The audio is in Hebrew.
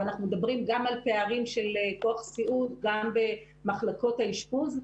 אבל אנחנו מדברים על פערים של כוח סיעוד גם במחלקות האשפוז.